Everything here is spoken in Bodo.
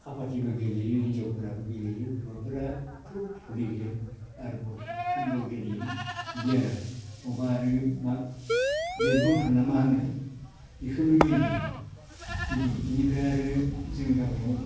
काबाडिबो गेलेयो हिनजावफोराबो गेलेयो हौवाफोराथ' भलीबल आरो बल फुटबल गेलेयो बिदि आरो बबावबा आरो मा बेटमिन्टन ना मा होनो बेकौबो गेलेयो बिदि बेनिफ्राय आरो जोंनि गामियाव